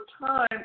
time